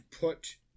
put